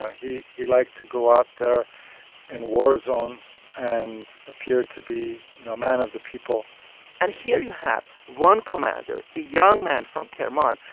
he he liked to go out there in war zones and appear to be, you know, a man of the people and here you have one commander, a young man from kerman,